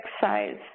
size